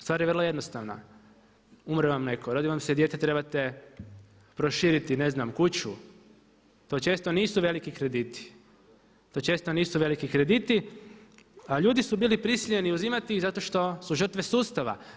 Stvar je vrlo jednostavna, umre vam netko, rodi vam se dijete trebate proširiti ne znam kuću, to često nisu veliki krediti, to često nisu veliki krediti a ljudi su bili prisiljeni uzimati ih zato što su žrtve sustava.